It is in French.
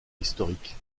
historique